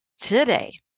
Today